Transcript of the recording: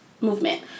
movement